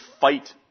fight